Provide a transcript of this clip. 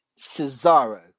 Cesaro